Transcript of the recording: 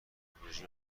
تکنولوژی